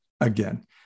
again